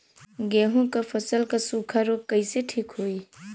गेहूँक फसल क सूखा ऱोग कईसे ठीक होई?